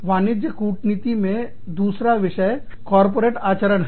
वाणिज्य कूटनीति में दूसरा विषय कॉरपोरेटर आचरण है